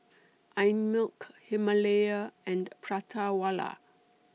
Einmilk Himalaya and Prata Wala